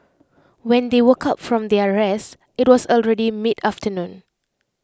when they woke up from their rest IT was already mid afternoon